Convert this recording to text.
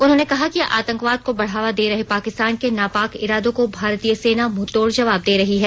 उन्होंने कहा कि आतंकवाद को बढ़ावा दे रहे पाकिस्तान के नापाक इरादों को भारतीय सेना मुंहतोड़ जबाब दे रही है